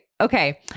Okay